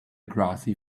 grassy